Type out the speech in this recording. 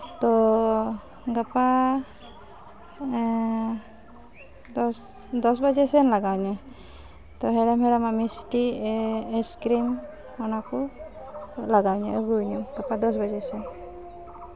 ᱛᱚ ᱜᱟᱯᱟ ᱫᱚᱥ ᱫᱚᱥ ᱵᱟᱡᱮ ᱥᱮᱱ ᱞᱟᱜᱟᱣᱤᱧᱟᱹ ᱛᱚ ᱦᱮᱲᱮᱢ ᱦᱮᱲᱮᱢᱟᱜ ᱢᱤᱥᱴᱤ ᱟᱭᱤᱥᱠᱨᱤᱢ ᱚᱱᱟ ᱠᱚ ᱞᱟᱜᱟᱣᱤᱧᱟᱹ ᱟᱹᱜᱩᱣᱟᱹᱧ ᱢᱮ ᱜᱟᱯᱟ ᱫᱚᱥ ᱵᱟᱡᱮ ᱥᱚᱱ